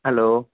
hello